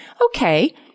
okay